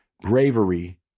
Bravery